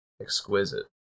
exquisite